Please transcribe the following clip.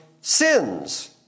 sins